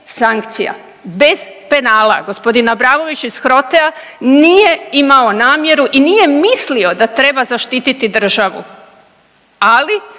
bez penala, g. Abramović iz HROTE-a nije imao namjeru i nije mislio da treba zaštititi državu, ali